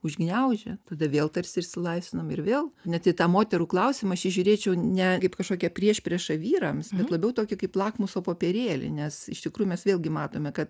užgniaužia tada vėl tarsi išsilaisvinam ir vėl net į tą moterų klausimą aš į jį žiūrėčiau ne kaip kažkokią priešpriešą vyrams labiau toį kaip lakmuso popierėlį nes iš tikrųjų mes vėlgi matome kad